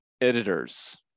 editors